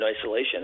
isolation